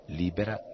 libera